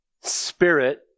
spirit